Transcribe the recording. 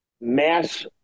mass